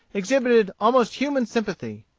exhibited almost human sympathy.